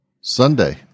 sunday